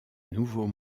nouveaux